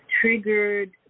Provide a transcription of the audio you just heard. triggered